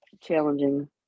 challenging